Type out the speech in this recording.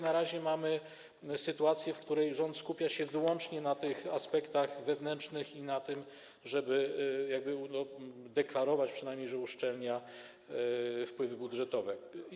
Na razie mamy sytuację, w której rząd skupia się wyłącznie na tych aspektach wewnętrznych i na tym, żeby deklarować przynajmniej, że uszczelnia wpływy budżetowe.